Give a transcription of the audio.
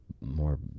more